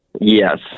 Yes